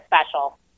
special